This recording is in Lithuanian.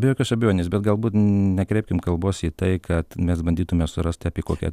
be jokios abejonės bet galbūt nekreipkim kalbos į tai kad mes bandytume surasti apie kokią